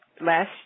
Last